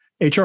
HR